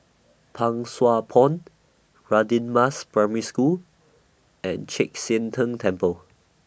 Pang Sua Pond Radin Mas Primary School and Chek Sian Tng Temple